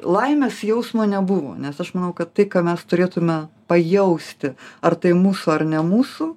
laimės jausmo nebuvo nes aš manau kad tai ką mes turėtume pajausti ar tai mūsų ar ne mūsų